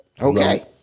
okay